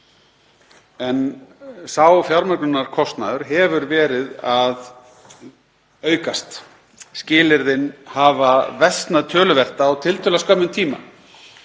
en sá fjármögnunarkostnaður hefur verið að aukast. Skilyrðin hafa versnað töluvert á tiltölulega skömmum tíma